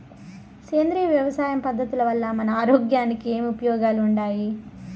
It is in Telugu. సేంద్రియ వ్యవసాయం పద్ధతుల వల్ల మన ఆరోగ్యానికి ఏమి ఉపయోగాలు వుండాయి?